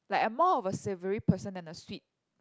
like I'm more of a savory person than a sweet